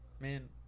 Man